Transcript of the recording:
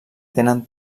tenen